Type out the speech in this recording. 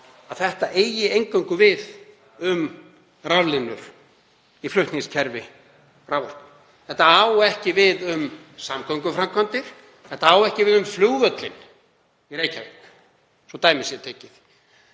að þetta eigi eingöngu við um raflínur í flutningskerfi raforku. Þetta á ekki við um samgönguframkvæmdir, þetta á ekki við um flugvöllinn í Reykjavík, svo að dæmi sé tekið,